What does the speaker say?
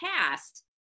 past